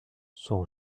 son